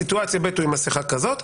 בסיטואציה ב' הוא עם מסכת פה-אף רגילה,